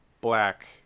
black